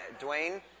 Dwayne